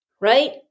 right